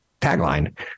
tagline